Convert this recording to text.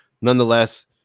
nonetheless